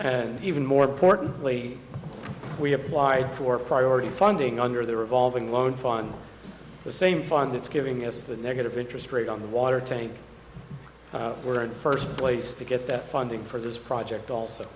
and even more importantly we applied for priority funding under the revolving loan fund the same fund that's giving us the negative interest rate on the water tank we're in the first place to get that funding for this project also